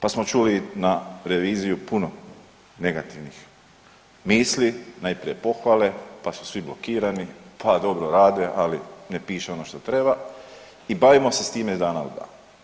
Pa smo čuli na reviziju puno negativnih misli, najprije pohvale, pa su svi blokirani, pa dobro rade, ali ne pišu ono što treba i bavimo se s time iz dana u dan.